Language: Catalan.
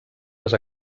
les